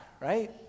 right